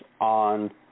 on